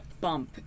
bump